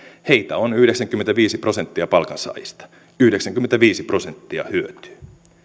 heitä on yhdeksänkymmentäviisi prosenttia palkansaajista yhdeksänkymmentäviisi prosenttia hyötyy